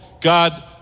God